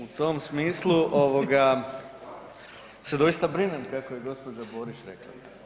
U tom smislu se doista brinem kako je gospođa Borić rekla.